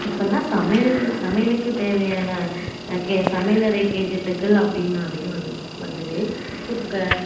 இப்போல்லாம் சமையல் சமையலுக்குத் தேவையான கே சமையலறை கேஜட்டுக்கள் அப்படீன்னாவே வந் வந்துட்டு குக்கர்